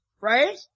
right